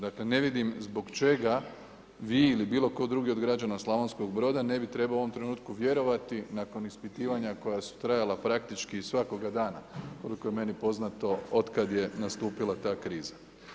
Dakle ne vidim zbog čega vi ili bilo tko drugi od građana Slavonskog Broda ne bi trebao u ovom trenutku vjerovati nakon ispitivanja koja su trajala praktički svakoga dana, koliko je meni poznato otkad je nastupila ta kriza.